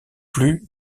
plus